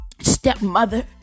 Stepmother